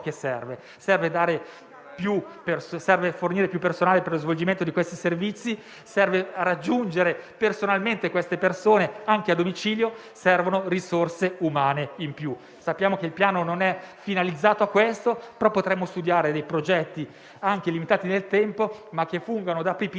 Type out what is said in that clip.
non è questo ciò che serve. Serve più personale per lo svolgimento di questi servizi, serve raggiungere personalmente questi pazienti, anche a domicilio, servono risorse umane in più. Sappiamo che il Piano non è finalizzato a questo, però potremmo studiare dei progetti, anche limitati nel tempo, che fungano da